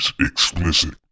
explicit